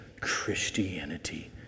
Christianity